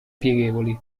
pieghevoli